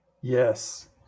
yes